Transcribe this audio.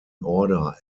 order